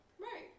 Right